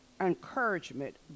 encouragement